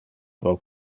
pro